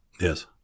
Yes